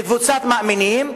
וקבוצת מאמינים,